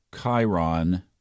Chiron